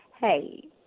Hey